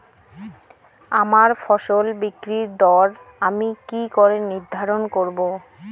আমার ফসল বিক্রির দর আমি কি করে নির্ধারন করব?